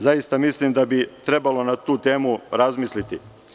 Zaista mislim da bi trebalo na tu temu razmisliti.